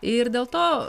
ir dėl to